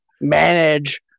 manage